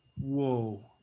whoa